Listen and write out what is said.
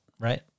Right